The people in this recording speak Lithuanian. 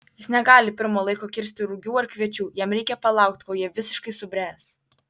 jis negali pirma laiko kirsti rugių ar kviečių jam reikia palaukti kol jie visiškai subręs